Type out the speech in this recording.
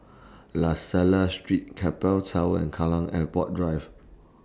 La Salle Street Keppel Towers and Kallang Airport Drive